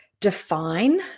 define